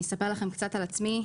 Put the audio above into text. אני אספר לכם קצת על עצמי.